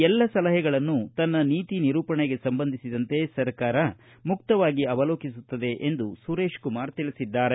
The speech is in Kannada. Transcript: ಎಲ್ಲ ಸಲಹೆಗಳನ್ನು ತನ್ನ ನೀತಿ ನಿರೂಪಣೆಗೆ ಸಂಬಂಧಿಸಿದಂತೆ ಸರ್ಕಾರ ಮುಕ್ತವಾಗಿ ಅವಲೋಕಿಸುತ್ತದೆ ಎಂದು ಸುರೇಶಕುಮಾರ ತಿಳಿಸಿದ್ದಾರೆ